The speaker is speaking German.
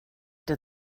der